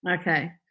Okay